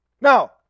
Now